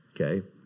okay